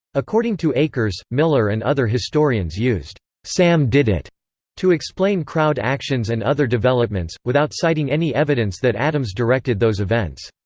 according to akers, miller and other historians used sam did it to explain crowd actions and other developments, without citing any evidence that adams directed those events.